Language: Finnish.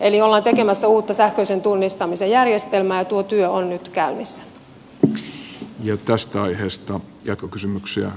eli ollaan tekemässä uutta sähköisen tunnistamisen järjestelmää ja tuo työ on nyt käynnissä